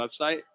website